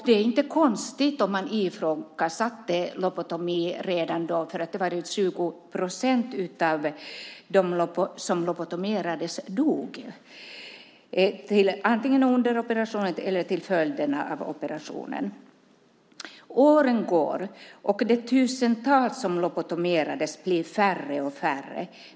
Det var inte konstigt om man ifrågasatte lobotomi redan då, för runt 20 procent av dem som lobotomerades dog antingen under operationen eller som en följd av operationen. Åren går, och det blir färre och färre kvar av de tusentals människor som lobotomerades.